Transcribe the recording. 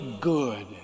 good